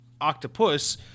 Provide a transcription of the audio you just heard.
Octopus